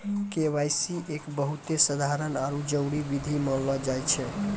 KYC एक बहुते साधारण आरु जरूरी विधि मानलो जाय छै